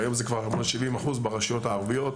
והיום זה כבר 70% ברשויות הערביות,